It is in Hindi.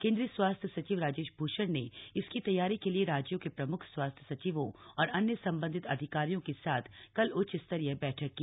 केंद्रीय स्वास्थ्य सचिव राजेश भूषण ने इसकी तैयारी के लिए राज्यों के प्रमुख स्वास्थ सचिवों और अन्य संबंधित अधिकारियों के साथ कल उच्च स्तरीय बैठक की